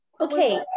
Okay